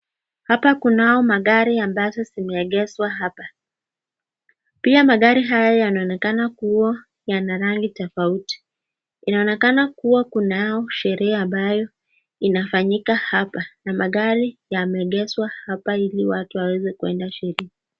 Hapa kunao magari ambazo zimeegezwa hapa. Pia magari haya yanaonekana kuwa yana rangi tofauti. Inaonekana kuwa kunao sherehe ambayo inafanyika hapa na magari yameegezwa hapa ili watu waweze kueda sherehe.